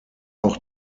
auch